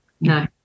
No